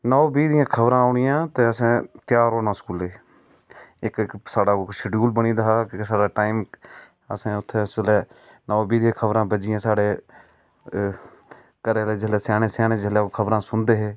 नौ बीं दियां खबरां होनियां ते असैं स्कूलै लेई त्यार होई जाना इक इक साड़ा शैडूल बनी दा हा असैं उत्थैं साढ़ै नौ बबीं दियां खबरां बजियां घरै आह्लै जिसलै स्याने स्याने ओह् खबरां सूनदे हे